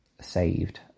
saved